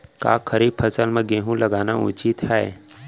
का खरीफ फसल म गेहूँ लगाना उचित है?